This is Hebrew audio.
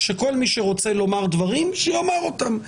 שכל מי שרוצה לומר דברים שיאמר אותם,